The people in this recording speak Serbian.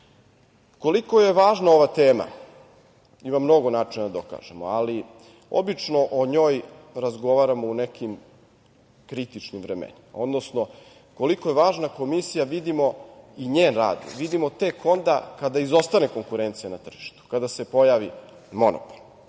je važna ova tema? Ima mnogo načina da dokažemo, ali obično o njoj razgovaramo u nekim kritičnim vremenima, odnosno koliko je važna Komisija, vidimo i njen rad, vidimo tek onda kada izostane konkurencija na tržištu, kada se pojavi monopol.